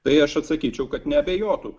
tai aš atsakyčiau kad neabejotų